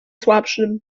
słabszym